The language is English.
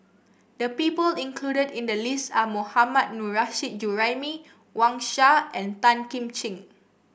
the people included in the list are Mohammad Nurrasyid Juraimi Wang Sha and Tan Kim Ching